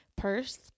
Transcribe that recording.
purse